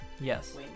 Yes